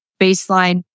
baseline